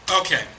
Okay